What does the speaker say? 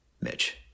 Mitch